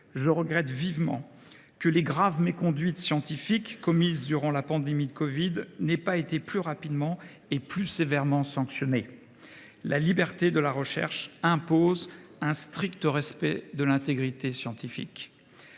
Je regrette vivement que les graves méconduites scientifiques commises durant la pandémie de covid n’aient pas été plus rapidement et plus sévèrement sanctionnées. La liberté de la recherche impose un strict respect de l’intégrité scientifique.